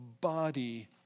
body